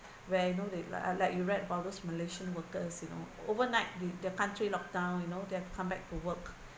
where you know they like ah like you read for those malaysian workers you know overnight the the country locked down you know then come back to work